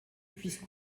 puisse